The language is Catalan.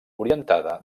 orientada